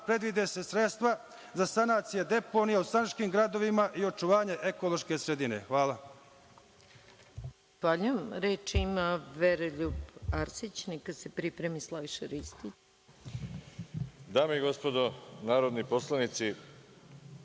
predvide se sredstva za sanacije deponija u sandžačkim gradovima i očuvanje ekološke sredine. Hvala.